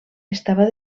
estava